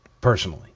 personally